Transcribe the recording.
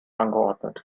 angeordnet